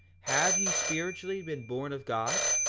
have ye spiritually been born of god?